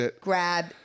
grab